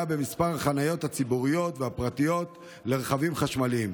במספר החניות הציבוריות והפרטיות לרכבים חשמליים,